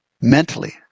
mentally